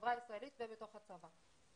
בחברה הישראלית ובתוך הצבא.